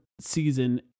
season